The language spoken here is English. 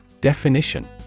Definition